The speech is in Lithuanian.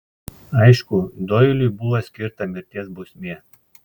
aišku doiliui buvo skirta mirties bausmė